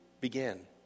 began